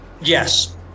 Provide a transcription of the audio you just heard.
Yes